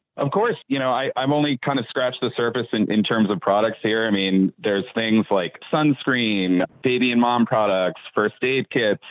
of course, you know, i, i'm only kind of scratched the surface and in terms of products here. i mean, there's things like sunscreen, baby and mom products, first aid kits,